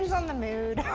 on the mood.